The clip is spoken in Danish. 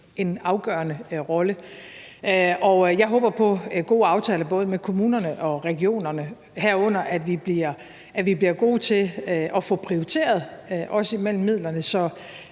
en afgørende rolle. Jeg håber på gode aftaler både med kommunerne og regionerne, herunder at vi bliver gode til at få prioriteret mellem midlerne, så